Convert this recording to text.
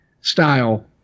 style